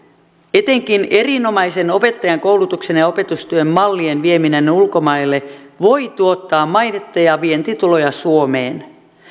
etenkin erinomaisen opettajankoulutuksen ja opetustyön mallien vieminen ulkomaille voi tuottaa mainetta ja vientituloja suomeen